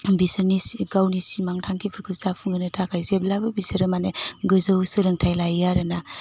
बिसोरनि गावनि सिमां थांखिफोरखौ जाफुंहोनो थाखाय जेब्लाबो बिसोरो माने गोजौ सोलोंथाइ लायो आरो ना